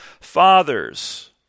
fathers